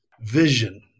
vision